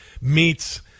meets